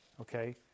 okay